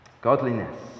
Godliness